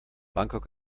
bangkok